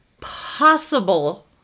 possible